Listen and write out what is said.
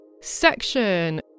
Section